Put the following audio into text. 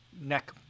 neck